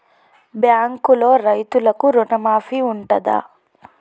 బ్యాంకులో రైతులకు రుణమాఫీ ఉంటదా?